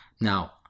Now